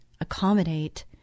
accommodate